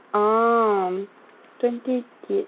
oh twenty gig~